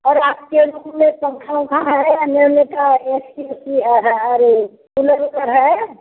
और आपके रूम में पंखा वंखा है या ए सी वसी है अरे कूलर वूलर है